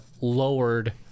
lowered